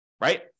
Right